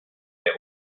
der